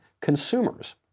consumers